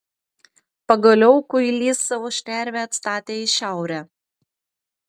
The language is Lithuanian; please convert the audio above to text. pagaliau kuilys savo šnervę atstatė į šiaurę